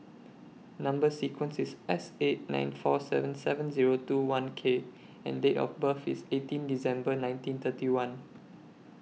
Number sequence IS S eight nine four seven seven Zero two one K and Date of birth IS eighteen December nineteen thirty one